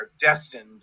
destined